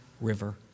River